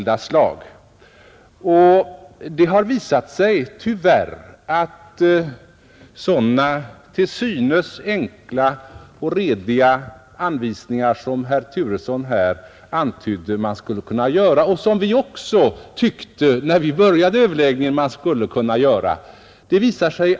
Det har tyvärr visat sig att det inte går att ge sådana till synes enkla och rediga anvisningar som herr Turesson antydde att man borde kunna ge och som även vi när vi började överläggningen tyckte var rimliga.